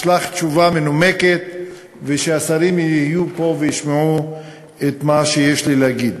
תשלח תשובה מנומקת והשרים יהיו פה וישמעו את מה שיש לי להגיד.